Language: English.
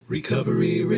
Recovery